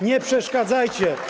Nie przeszkadzajcie.